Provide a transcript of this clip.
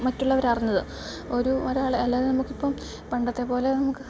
മറ്റുള്ളവരറിഞ്ഞത് ഒരു ഒരാൾ അല്ലാതെ നമുക്കിപ്പം പണ്ടത്തെ പോലെ നമുക്ക്